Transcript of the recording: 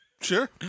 Sure